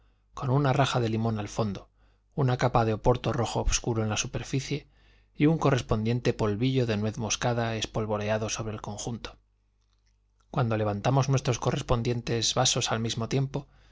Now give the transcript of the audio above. con una raja de limón al fondo una capa de oporto rojo obscuro en la superficie y su correspondiente polvillo de nuez moscada espolvoreado sobre el conjunto cuando levantamos nuestros vasos al mismo tiempo